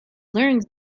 learned